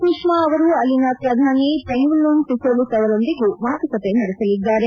ಸುಷ್ಮಾ ಅವರು ಅಲ್ಲಿನ ಪ್ರಧಾನಿ ತೊಂಗುಲುನ್ ಸಿಸೋಲಿತ್ ಅವರೊಂದಿಗೂ ಮಾತುಕತೆ ನಡೆಸಲಿದ್ದಾರೆ